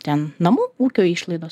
ten namų ūkio išlaidos